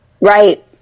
Right